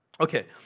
Okay